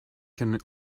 can